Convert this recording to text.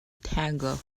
tango